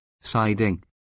siding